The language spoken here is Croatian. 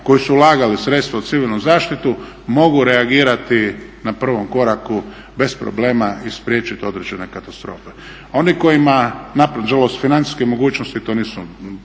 koji su ulagali sredstva u civilnu zaštitu mogu reagirati na prvom koraku bez problema i spriječiti određene katastrofe. Oni kojima nažalost financijske mogućnosti tu nisu